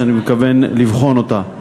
שאני מתכוון לבחון אותה.